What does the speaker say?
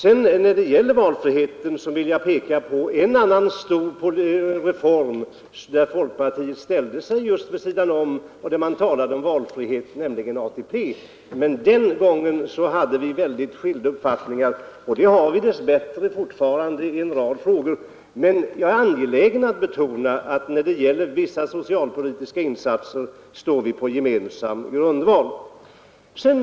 I fråga om valfriheten vill jag peka på en annan stor reform, där folkpartiet ställde sig vid sidan och talade om valfrihet, nämligen ATP. Den gången hade vi väldigt skilda uppfattningar, och det har vi dess bättre fortfarande i en rad frågor. Men jag är angelägen att betona att när det gäller vissa socialpolitiska insatser står vi på gemensam grundval.